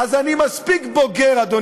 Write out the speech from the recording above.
אז אני מספיק בוגר לדעת,